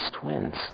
twins